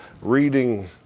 reading